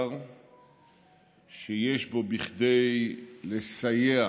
מידע שיש בו כדי לסייע